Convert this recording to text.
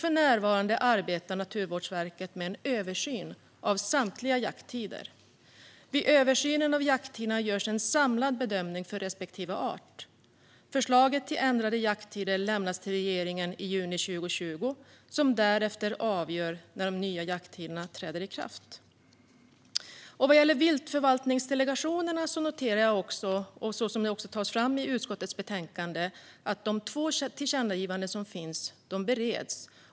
För närvarande arbetar Naturvårdsverket med en översyn av samtliga jakttider. Vid översynen av jakttiderna görs en samlad bedömning för respektive art. Förslaget till ändrade jakttider lämnas till regeringen i juni 2020, och därefter avgör regeringen när de nya jakttiderna träder i kraft. Vad gäller viltförvaltningsdelegationerna noterar jag, som det också lyfts fram i utskottets betänkande, att de två tillkännagivanden som finns bereds.